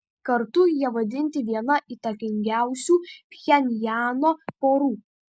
kartu jie vadinti viena įtakingiausių pchenjano porų